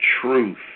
truth